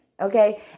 Okay